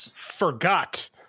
forgot